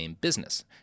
business